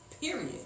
period